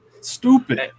Stupid